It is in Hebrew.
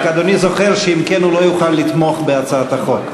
רק אדוני זוכר שאם כן הוא לא יוכל לתמוך בהצעת החוק?